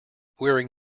wearing